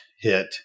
hit